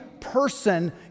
person